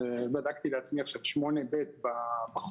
את זה בדקתי לעצמי עכשיו 8/ב' בחוק,